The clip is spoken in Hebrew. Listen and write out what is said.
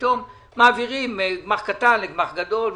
שפתאום מעבירים גמ"ח קטן לגמ"ח גדול,